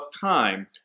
time